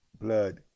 blood